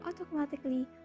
automatically